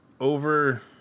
over